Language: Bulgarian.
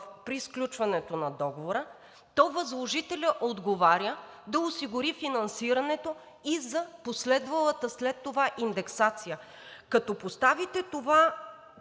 при сключването на договора, то възложителят отговаря да осигури финансирането и за последвалата след това индексация. Като поставите това